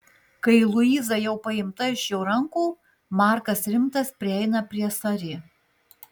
kai luiza jau paimta iš jo rankų markas rimtas prieina prie sari